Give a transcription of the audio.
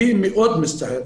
אני מאוד מצטער.